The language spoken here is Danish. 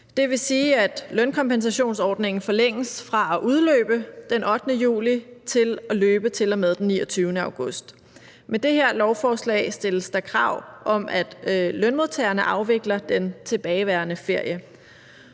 Det vil sige, at lønkompensationsordningen forlænges fra at udløbe den 8. juli til at løbe til og med den 29. august. Med det her lovforslag stilles der krav om, at lønmodtagerne afvikler den tilbageværende ferie,